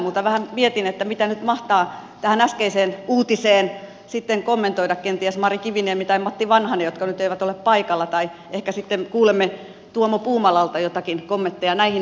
mutta vähän mietin mitä nyt mahtavat tähän äskeiseen uutiseen sitten kommentoida kenties mari kiviniemi tai matti vanhanen jotka nyt eivät ole paikalla tai ehkä sitten kuulemme tuomo puumalalta joitakin kommentteja näihin uutisiin